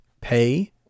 Pay